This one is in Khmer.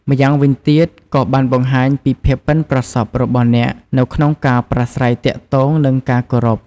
ម្យ៉ាងវិញទៀត ក៏បានបង្ហាញពីភាពប៉ិនប្រសប់របស់អ្នកនៅក្នុងការប្រាស្រ័យទាក់ទង និង ការគោរព។